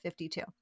52